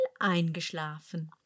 eingeschlafen